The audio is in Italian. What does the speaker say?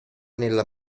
nella